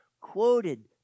quoted